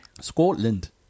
scotland